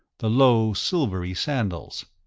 the low silvery sandals.